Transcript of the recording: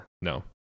no